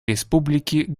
республики